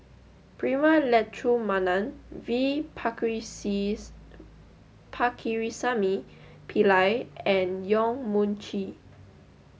Prema Letchumanan V Pakirisamy Pillai and Yong Mun Chee